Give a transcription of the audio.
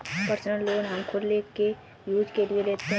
personal loan हम खुद के यूज के लिए लेते है